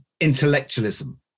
intellectualism